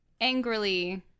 angrily